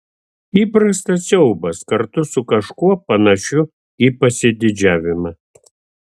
įprastas siaubas kartu su kažkuo panašiu į pasididžiavimą